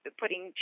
putting